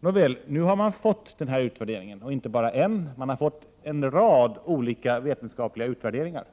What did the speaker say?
Nåväl, nu har man fått denna utvärdering, och inte bara en utan man har fått en rad olika vetenskapliga utvärderingar.